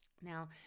Now